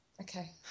Okay